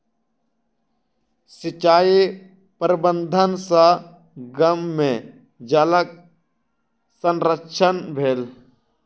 सिचाई प्रबंधन सॅ गाम में जलक संरक्षण भेल